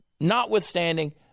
notwithstanding